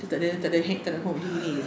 dia tak ada tak ada tak ada gini gini saja lah